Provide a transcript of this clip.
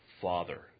Father